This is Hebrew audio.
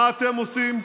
מה אתם עושים?